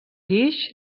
guix